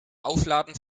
aufladen